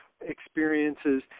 experiences